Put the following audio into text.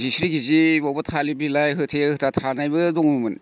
जिस्रि गिजि बबावबा थालिर बिलाइ होथे होथा थानायबो दङ'मोन